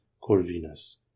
Corvinus